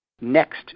next